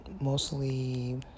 mostly